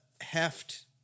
heft